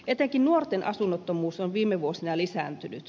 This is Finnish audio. etenkin nuorten asunnottomuus on viime vuosina lisääntynyt